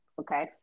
Okay